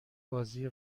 بازی